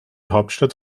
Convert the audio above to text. hauptstadt